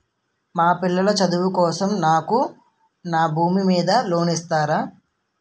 మా పిల్లల చదువు కోసం నాకు నా భూమి మీద లోన్ ఇస్తారా?